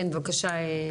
כן, בבקשה.